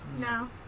no